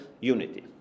unity